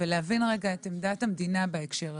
ורוצה להבין את עמדת המדינה בהקשר הזה.